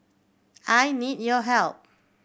I need your help